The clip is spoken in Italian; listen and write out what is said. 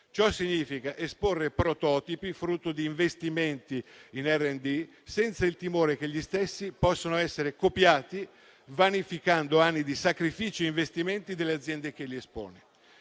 Ciò significa esporre prototipi frutto di investimenti in research and development (R&D) senza il timore che gli stessi possano essere copiati, vanificando anni di sacrifici e investimenti delle aziende che li espongono.